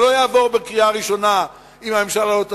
אם זה לא יעבור בקריאה ראשונה אם הממשלה לא תסכים.